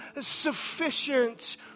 sufficient